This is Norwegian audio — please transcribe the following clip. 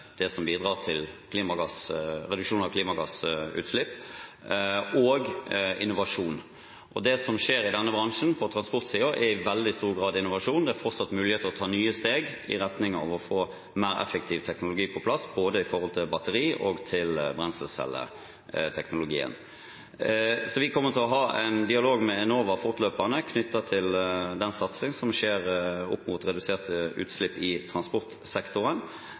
som bidrar til reduksjon av klimagassutslipp og innovasjon. Og det som skjer på transportsiden i denne bransjen, er i veldig stor grad innovasjon. Det er fortsatt mulig å ta nye steg i retning av å få mer effektiv teknologi på plass, når det gjelder både batteri og brenselcelleteknologi. Vi kommer til å ha en dialog med Enova fortløpende knyttet til den satsingen som skjer for reduserte utslipp i transportsektoren.